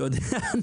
אתה יודע,